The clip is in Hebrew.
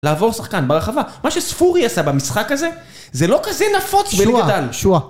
לעבור שחקן ברחבה, מה שספורי עשה במשחק הזה זה לא כזה נפוץ ב.. שועה שועה